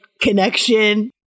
connection